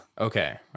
Okay